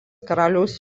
karaliaus